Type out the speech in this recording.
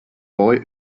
boy